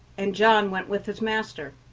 and john went with his master.